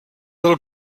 del